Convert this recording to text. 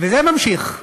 וזה ממשיך.